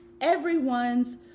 everyone's